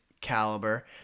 caliber